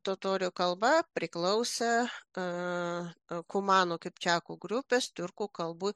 totorių kalba priklauso kumanų kipčiakų grupės tiurkų kalbų